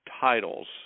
titles